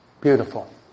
beautiful